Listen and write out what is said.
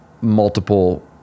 multiple